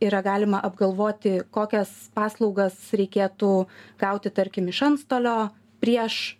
yra galima apgalvoti kokias paslaugas reikėtų gauti tarkim iš antstolio prieš